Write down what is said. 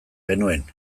genuen